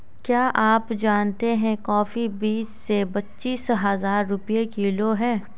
क्या आप जानते है कॉफ़ी बीस से पच्चीस हज़ार रुपए किलो है?